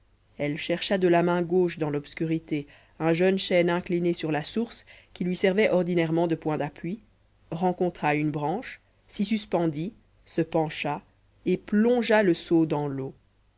elle chercha de la main gauche dans l'obscurité un jeune chêne incliné sur la source qui lui servait ordinairement de point d'appui rencontra une branche s'y suspendit se pencha et plongea le seau dans l'eau